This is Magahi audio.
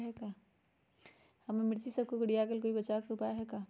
हमर मिर्ची सब कोकररिया गेल कोई बचाव के उपाय है का?